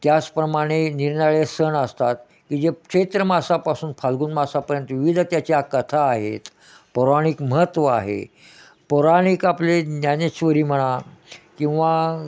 त्याचप्रमाणे निरनिराळे सण असतात की जे चैत्र मासापासून फाल्गुन मासापर्यंत विविध त्याच्या कथा आहेत पौराणिक महत्त्व आहे पौराणिक आपले ज्ञानेश्वरी म्हणा किंवा